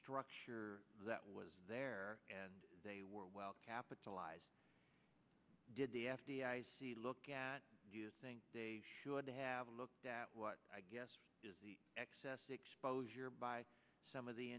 structure that was there and they were well capitalized did the f d i c look at do you think they should have looked at what i guess is the excess exposure by some of the